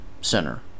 center